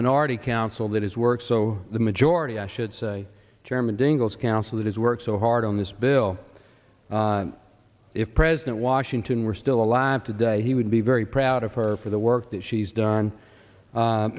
minority counsel that is work so the majority i should say chairman dingell's council that has worked so hard on this bill if president washington were still alive today he would be very proud of her for the work that she's done